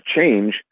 change